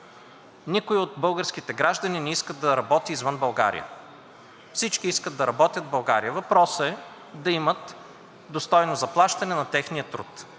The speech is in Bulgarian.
Никой от българските граждани не иска да работи извън България. Всички искат да работят в България, но въпросът е да имат достойно заплащане на техния труд,